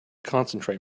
concentrate